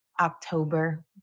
October